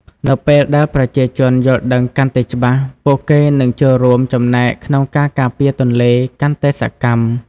នៅពេលដែលប្រជាជនយល់ដឹងកាន់តែច្បាស់ ពួកគេនឹងចូលរួមចំណែកក្នុងការការពារទន្លេកាន់តែសកម្ម។